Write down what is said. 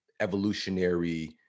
evolutionary